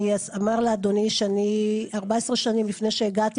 אני אומר לאדוני ש-14 שנים לפני שהגעתי